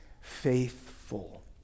faithful